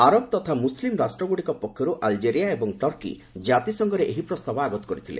ଆରବ ତଥା ମୁସଲିମ୍ ରାଷ୍ଟ୍ରଗୁଡ଼ିକ ପକ୍ଷରୁ ଆଲଜେରିଆ ଏବଂ ଟର୍କି ଜାତିସଂଘରେ ଏହି ପ୍ରସ୍ତାବ ଆଗତ କରିଥିଲେ